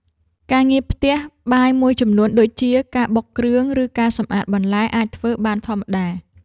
ការងារផ្ទះបាយមួយចំនួនដូចជា ការបុកគ្រឿង ឬការសម្អាតបន្លែ អាចធ្វើបានធម្មតា។